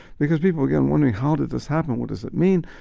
because people again wondering, how did this happen? what does it mean?